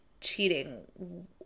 cheating